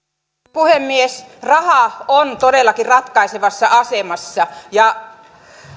puhemies raha on todellakin ratkaisevassa asemassa